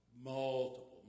multiple